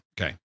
okay